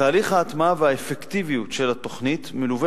תהליך ההטמעה והאפקטיביות של התוכנית מלווה